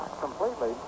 completely